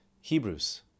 Hebrews